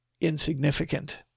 insignificant